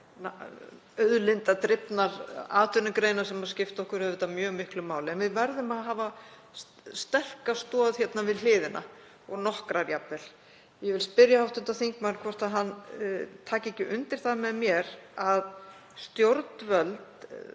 auðlindadrifnar atvinnugreinar sem skipta okkur mjög miklu máli, en við verðum að hafa sterka stoð við hliðina og nokkrar jafnvel. Ég vil spyrja hv. þingmann hvort hann taki ekki undir það með mér að stjórnvöld